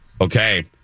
Okay